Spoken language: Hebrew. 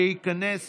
להיכנס